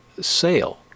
sale